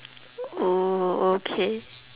oh okay